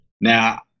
Now